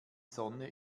sonne